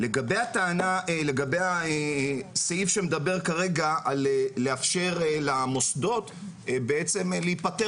לגבי הסעיף שמדבר כרגע על לאפשר למוסדות בעצם להיפטר